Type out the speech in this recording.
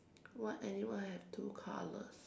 what animal have two colors